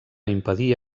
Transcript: impedir